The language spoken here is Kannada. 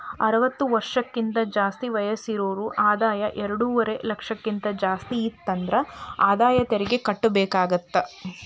ಅರವತ್ತ ವರ್ಷಕ್ಕಿಂತ ಜಾಸ್ತಿ ವಯಸ್ಸಿರೋರ್ ಆದಾಯ ಎರಡುವರಿ ಲಕ್ಷಕ್ಕಿಂತ ಜಾಸ್ತಿ ಇತ್ತಂದ್ರ ಆದಾಯ ತೆರಿಗಿ ಕಟ್ಟಬೇಕಾಗತ್ತಾ